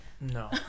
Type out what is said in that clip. No